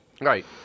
Right